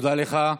תודה לך.